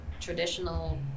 traditional